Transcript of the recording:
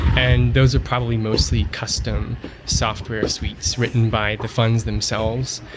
and those are probably mostly custom software suites written by the funds themselves.